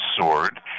sword